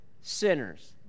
sinners